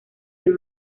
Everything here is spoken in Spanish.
del